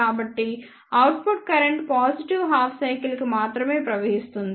కాబట్టి output current positive half cycle కి మాత్రమే ప్రవహిస్తుంది